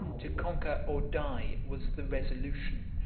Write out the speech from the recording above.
to conquer or die was the resolution,